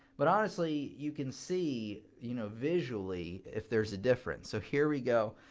but honestly, you can see, you know visually, if there's a different. so here we go.